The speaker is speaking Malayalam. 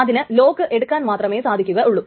അതിന് ലോക്ക് എടുക്കാൻ മാത്രമേ സാധിക്കുകയുള്ളൂ